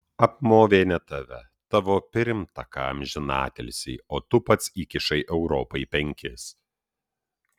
apmovė ne tave tavo pirmtaką amžinatilsį o tu pats įkišai europai penkis